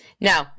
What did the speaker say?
No